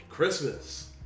Christmas